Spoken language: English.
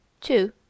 Two